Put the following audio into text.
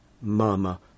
mama